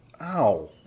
Ow